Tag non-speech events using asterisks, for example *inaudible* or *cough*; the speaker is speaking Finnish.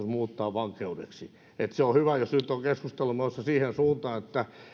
*unintelligible* muuttaa vankeudeksi se on hyvä jos nyt on keskustelu menossa siihen suuntaan että